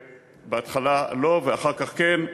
בהתחלה לא ואחר כך כן,